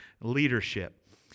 leadership